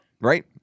right